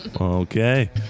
Okay